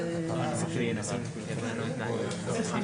אם אתם רוצים להציג בפנינו את התקנות שהבאתם,